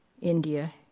India